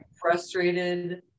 frustrated